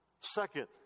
Second